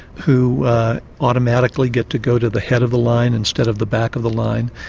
who automatically get to go to the head of the line instead of the back of the line.